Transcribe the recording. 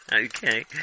Okay